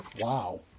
Wow